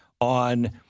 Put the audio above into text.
on